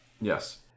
Yes